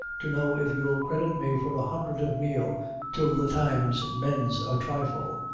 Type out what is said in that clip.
to know if you'll credit me for a hundred of meal till the times mends a trifle.